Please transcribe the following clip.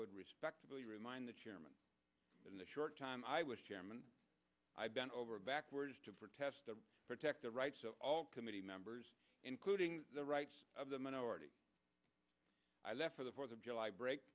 would respectfully remind the chairman in the short time i was chairman i bent over backwards to protest to protect the rights of all committee members including the rights of the minority i left for the fourth of july break